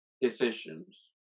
decisions